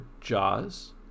Jaws